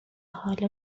حالا